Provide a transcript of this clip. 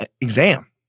exam